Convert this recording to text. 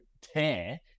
tear